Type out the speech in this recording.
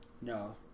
No